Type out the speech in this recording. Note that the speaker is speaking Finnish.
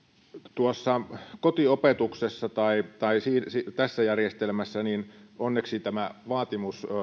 kotiopetuksessa tässä järjestelmässä onneksi vaatimus